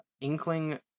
Inkling